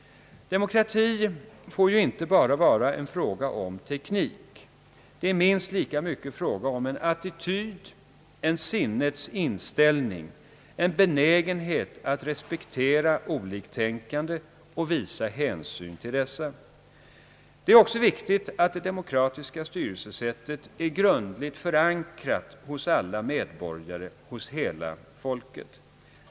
Demokrati får inte bara vara en fråga om teknik; det är minst lika mycket fråga om en attityd, en sinnets inställning, en benägenhet att respektera oliktänkande och att visa hänsyn till dessa. Det är också viktigt att det demokratiska styrelsesättet är grundligt förankrat hos alla medborgare, hos hela folket.